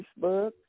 Facebook